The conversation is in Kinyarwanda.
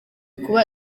kuba